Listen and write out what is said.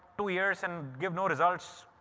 two years and give no results.